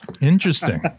Interesting